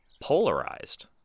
polarized